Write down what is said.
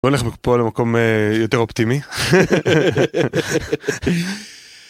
בוא נלך מפה למקום יותר אופטימי.